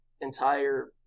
entire